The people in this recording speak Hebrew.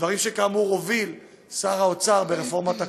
דברים שכאמור הוביל שר האוצר ב"רפורמת הקורנפלקס",